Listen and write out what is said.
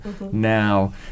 now